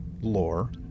lore